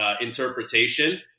interpretation